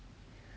yeah